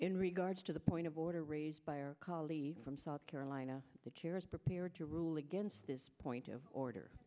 in regards to the point of order raised by our colleague from south carolina the chair is prepared to rule against this point of order